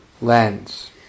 lens